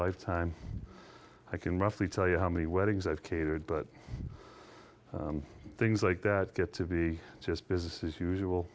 lifetime i can roughly tell you how many weddings i've catered but things like that get to be just business as